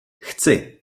chci